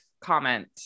comment